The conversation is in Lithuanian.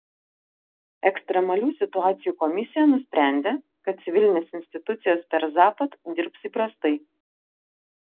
ekstremalių situacijų komisija nusprendė kad civilinės institucijos per zapad dirbs įprastai